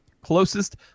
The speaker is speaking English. Closest